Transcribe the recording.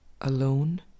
alone